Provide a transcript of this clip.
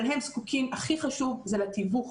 אבל הם זקוקים הכי חשוב לתיווך,